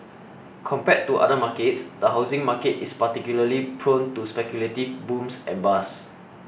compared to other markets the housing market is particularly prone to speculative booms and bust